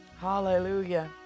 Hallelujah